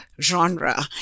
genre